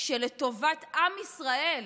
שלטובת עם ישראל,